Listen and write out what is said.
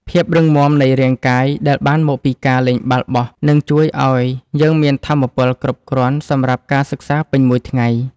ភាពរឹងមាំនៃរាងកាយដែលបានមកពីការលេងបាល់បោះនឹងជួយឱ្យយើងមានថាមពលគ្រប់គ្រាន់សម្រាប់ការសិក្សាពេញមួយថ្ងៃ។